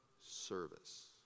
service